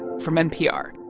from npr